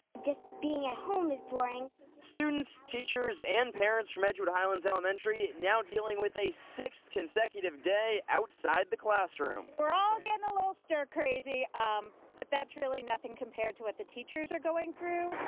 just being at home is boring students, teachers and parents from edgewood highlands elementary now dealing with a sixth consecutive day outside the classroom. we're all getting a little stir crazy um but that's nothing compared to what the teachers are going through